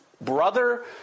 brother